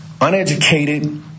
uneducated